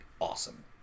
awesome